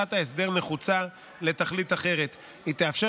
הארכת ההסדר נחוצה לתכלית אחרת: היא תאפשר